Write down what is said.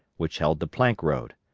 which held the plank road.